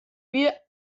wir